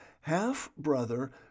half-brother